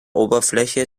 oberfläche